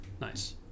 Nice